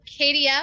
KDF